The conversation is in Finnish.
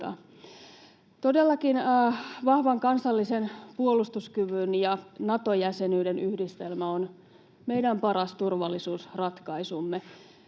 Todellakin vahvan kansallisen puolustuskyvyn ja Nato-jäsenyyden yhdistelmä on meidän paras turvallisuusratkaisumme.